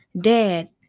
Dad